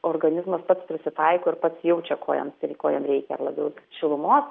organizmas pats prisitaiko ir pats jaučia ko jam ko jam reikia ar labiau šilumos